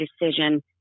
decision